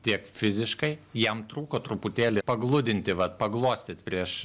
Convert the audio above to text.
tiek fiziškai jam trūko truputėlį pagludinti vat paglostyt prieš